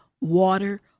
water